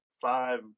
five